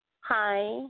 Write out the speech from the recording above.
Hi